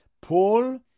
Paul